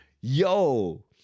Yo